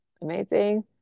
Amazing